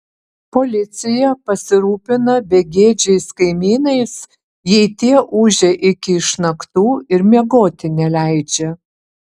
policija pasirūpina begėdžiais kaimynais jei tie ūžia iki išnaktų ir miegoti neleidžia